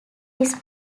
his